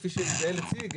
כפי שיגאל הציג,